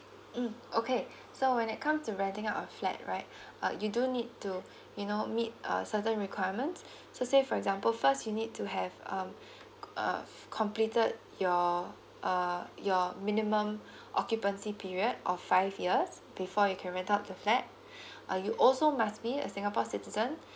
mm okay so when It comes to renting out a flat right uh you do need to you know meet a certain requirement so say for example first you need to have um uh completed your uh your minimum occupancy period of five years before you can rent up the flat uh you also must be as singapore citizen